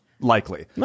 Likely